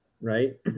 right